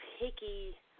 picky